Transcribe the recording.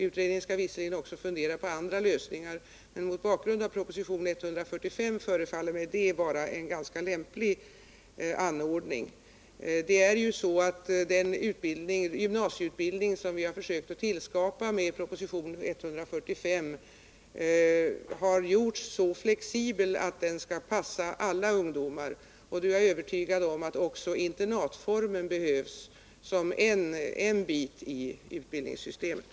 Utredningen skall visserligen fundera också på andra lösningar, men mot bakgrund av proposition 145 förefaller mig den nämnda anordningen vara ganska lämplig. Den gymnasieutbildning som vi har försökt tillskapa med proposition 145 har gjorts så flexibel att den skall passa alla ungdomar. Jag är övertygad om att också internatformen behövs som en bit i utbildningssystemet.